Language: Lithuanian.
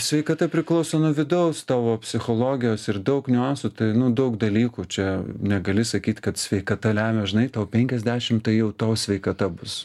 sveikata priklauso nuo vidaus tavo psichologijos ir daug niuansų nu daug dalykų čia negali sakyt kad sveikata lemia žinai tau penkiasdešimt tai jau tavo sveikata bus